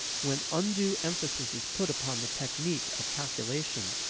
when undue emphasis is put upon the technique of calculation,